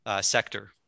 sector